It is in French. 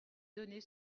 donner